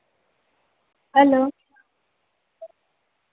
hello